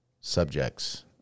subjects